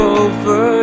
over